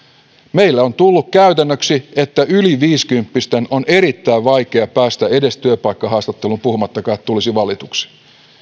meille on tullut käytännöksi että yli viisikymppisten on erittäin vaikea päästä edes työpaikkahaastatteluun puhumattakaan että tulisi valituksi